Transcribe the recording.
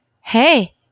Hey